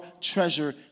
treasure